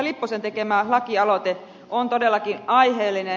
lipposen tekemä lakialoite on todellakin aiheellinen